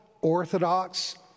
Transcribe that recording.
orthodox